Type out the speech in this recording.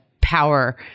power